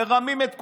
מרמים את כולם.